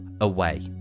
away